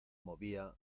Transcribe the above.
movía